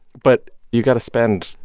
but you got to spend,